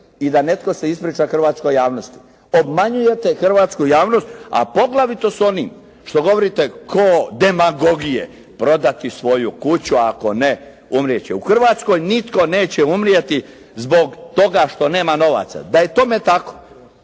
i da netko se ispriča hrvatskoj javnosti. Obmanjujete hrvatsku javnost, a poglavito s onim što govorite ko demagogije. Prodati svoju kuću, a ako ne umrijet će. U Hrvatskoj nitko neće umrijeti zbog toga što nema novaca. Da je tome tako